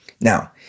Now